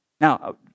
Now